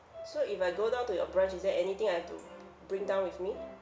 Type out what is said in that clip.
so if I go down to your branch is there anything I have to bring down with me